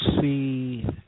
see